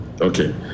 Okay